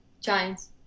Giants